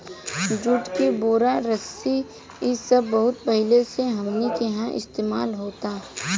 जुट के बोरा, रस्सी इ सब बहुत पहिले से हमनी किहा इस्तेमाल होता